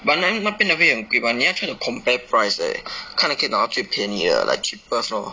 but then 那边的不会很贵 but 你要 try to compare price leh 看哪里可以拿到最便宜的 like cheapest lor